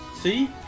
See